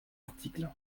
article